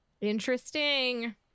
interesting